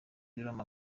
w’umupira